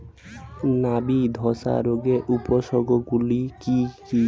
নাবি ধসা রোগের উপসর্গগুলি কি কি?